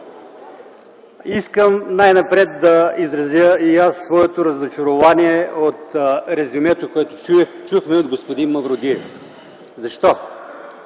искам най-напред да изразя и аз своето разочарование от резюмето, което чухме от господин Мавродиев. Защо?